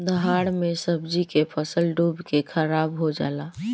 दहाड़ मे सब्जी के फसल डूब के खाराब हो जला